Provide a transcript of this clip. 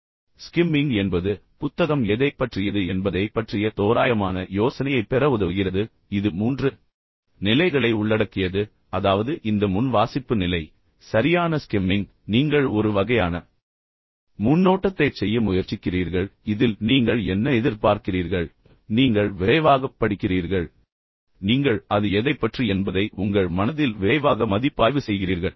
எனவே ஸ்கிம்மிங் என்பது புத்தகம் எதைப் பற்றியது என்பதைப் பற்றிய தோராயமான யோசனையைப் பெற உதவுகிறது மேலும் இது மூன்று நிலைகளை உள்ளடக்கியது அதாவது இந்த முன் வாசிப்பு நிலை சரியான ஸ்கிம்மிங் அதாவது நீங்கள் ஒரு வகையான முன்னோட்டத்தைச் செய்ய முயற்சிக்கிறீர்கள் இதில் நீங்கள் என்ன எதிர்பார்க்கிறீர்கள் பின்னர் நீங்கள் விரைவாகப் படிக்கிறீர்கள் விரைவாகப் பார்க்கிறீர்கள் மேலும் நீங்கள் அது எதைப் பற்றி என்பதை உங்கள் மனதில் விரைவாக மதிப்பாய்வு செய்கிறீர்கள்